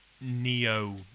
neo